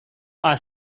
are